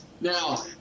Now